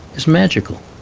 it's magical.